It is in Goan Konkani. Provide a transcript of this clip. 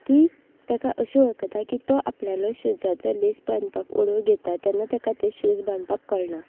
ती ताका अशें वळखता की तो आपल्याचो शूजाचो लेस बांदपाक उणोव घेता तेन्ना ताका ती शूज बांदपाक कळना